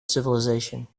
civilization